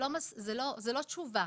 זאת לא תשובה.